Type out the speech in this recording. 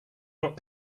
not